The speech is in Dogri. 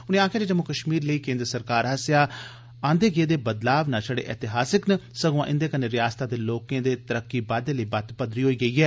उनें आक्खेआ जे जम्मू कष्मीर लेई केंद्र सरकार आसेआ आंदे गेदे बदलाव न षड़े एतिहासिक न संगुआ इन्दे नै रियासतै दे लोकें दे तरक्की बाद्दे लेई बत्त पदरी होई गेई ऐ